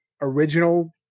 original